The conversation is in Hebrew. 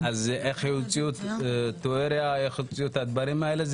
אז איך יוציאו תיאוריה ואת הדברים האלה?